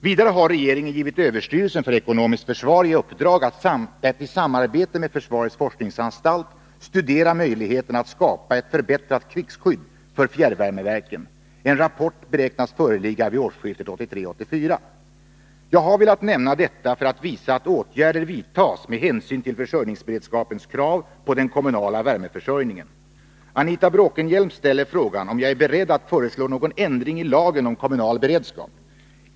Vidare har regeringen givit överstyrelsen för ekonomiskt försvar i uppdrag att i samarbete med försvarets forskningsanstalt studera möjligheterna att skapa ett förbättrat krigsskydd för fjärrvärmeverken. En rapport beräknas föreligga vid årsskiftet 1983-1984. Jag har velat nämna detta för att visa att åtgärder vidtas med hänsyn till försörjningsberedskapens krav på den kommunala värmeförsörjningen. Anita Bråkenhielm ställer frågan om jag är beredd att föreslå någon ändring i lagen om kommunal beredskap.